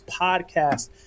Podcast